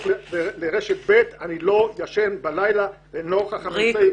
לרשת ב': אני לא ישן בלילה לנוכח הממצאים".